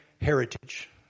heritage